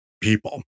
people